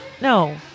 No